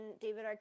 David